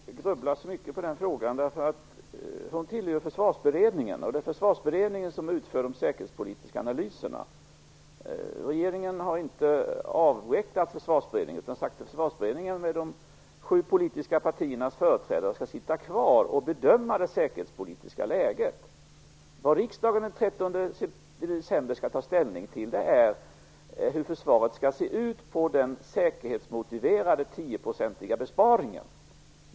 Herr talman! Annika Nordgren behöver inte gå och grubbla så mycket på den frågan, eftersom hon tillhör Försvarsberedningen, och det är Försvarsberedningen som utför de säkerhetspolitiska analyserna. Regeringen har inte avvecklat Försvarsberedningen utan sagt att Försvarsberedningen med de sju politiska partiernas företrädare skall sitta kvar och bedöma det säkerhetspolitiska läget. Vad riksdagen den 13 december skall ta ställning till är hur försvaret skall se ut med tanke på den säkerhetsmotiverade 10-procentiga besparingen.